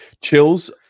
Chills